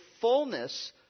fullness